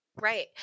Right